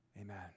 Amen